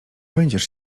będziesz